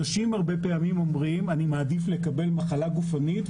אנשים הרבה פעמים אומרים - אני מעדיף לקבל מחלה גופנית,